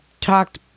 talked